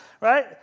right